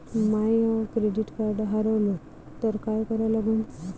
माय credit card हारवलं तर काय करा लागन?